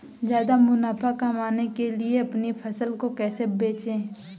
ज्यादा मुनाफा कमाने के लिए अपनी फसल को कैसे बेचें?